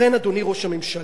לכן, אדוני ראש הממשלה,